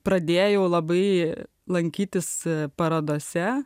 pradėjau labai lankytis parodose